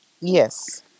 Yes